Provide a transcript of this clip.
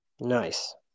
nice